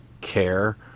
care